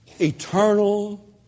Eternal